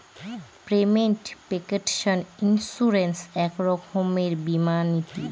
payment protection insurance এক রকমের বীমা নীতি